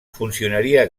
funcionaria